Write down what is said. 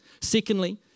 Secondly